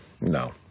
no